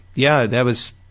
yeah, that was.